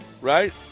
right